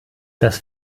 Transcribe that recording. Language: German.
das